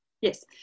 Yes